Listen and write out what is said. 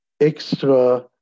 extra